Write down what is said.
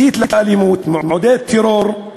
מסית לאלימות, מעודד טרור.